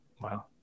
Wow